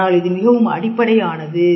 ஆனால் இது மிகவும் அடிப்படையானது